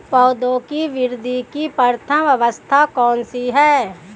पौधों की वृद्धि की प्रथम अवस्था कौन सी है?